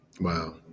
Wow